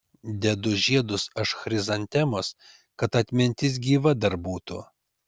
dedu žiedus aš chrizantemos kad atmintis gyva dar būtų